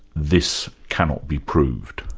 this cannot be proved,